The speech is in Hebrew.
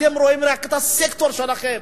אתם רואים רק את הסקטור שלכם,